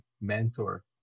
mentor